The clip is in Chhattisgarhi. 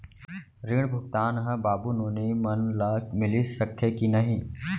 ऋण भुगतान ह बाबू नोनी मन ला मिलिस सकथे की नहीं?